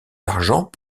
l’argent